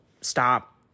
stop